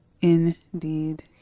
Indeed